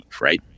Right